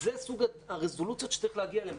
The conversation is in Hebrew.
זה סוג הרזולוציות שצריך להגיע אליהן,